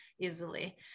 easily